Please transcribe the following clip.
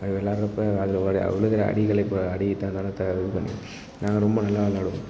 அப்படி விளாட்றப்ப அதில் விலுகுற அடிகள் இப்போ அடிகளை இது பண்ணி நாங்கள் ரொம்ப நல்லா விளாடுவோம்